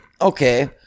okay